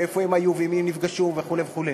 ואיפה הם היו ועם מי הם נפגשו וכו' וכו'.